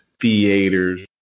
theaters